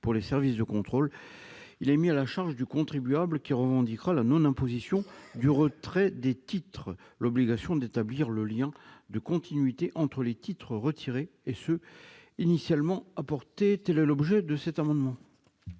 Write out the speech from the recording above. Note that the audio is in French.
pour les services de contrôle, il est mis à la charge du contribuable, qui revendiquera la non-imposition du retrait des titres, l'obligation d'établir le lien de continuité entre les titres retirés et ceux qui sont initialement apportés. La parole est à